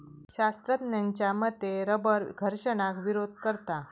शास्त्रज्ञांच्या मते रबर घर्षणाक विरोध करता